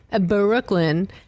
Brooklyn